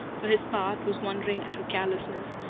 for his part, was wondering at her callousness,